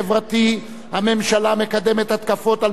הממשלה מקדמת התקפות על המחאה החברתית,